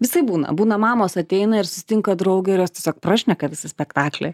visaip būna būna mamos ateina ir susitinka draugę ir jos tiesiog prašneka visą spektaklį